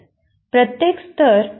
प्रत्येक स्तर एका ओळीत सेट केला जातो